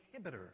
inhibitor